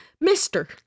mister